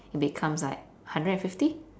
becomes like hundred and fifty